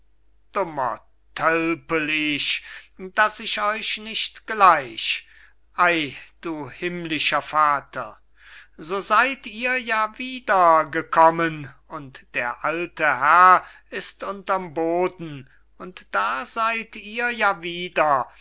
daß ich euch nicht gleich ey du himmlischer vater so seyd ihr ja wiedergekommen und der alte herr ist unterm boden und da seyd ihr ja wieder